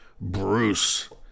Bruce